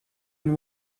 and